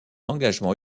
engagement